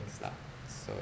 lah so